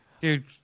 Dude